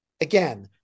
again